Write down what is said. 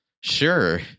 Sure